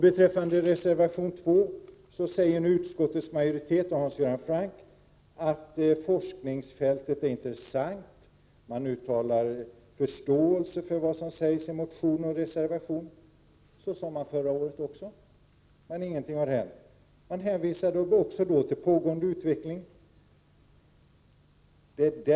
Beträffande reservation 2 säger nu utskottsmajoriteten och Hans Göran Franck att forskningsfältet är intressant, och man uttalar förståelse för vad som sägs i motion och reservation. Så sade man förra året också, men ingenting har hänt. Man hänvisade även då till pågående utveckling.